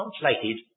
translated